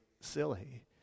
silly